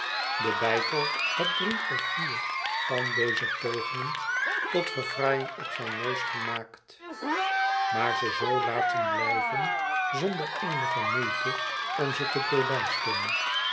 de beitei had drie of vier van deze pogingen tot verfraaiing op zijn neus gemaakt maar ze zoo laten blijven zonder eenige moeite om ze te polijsten